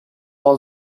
all